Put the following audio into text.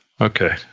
Okay